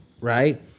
right